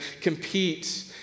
compete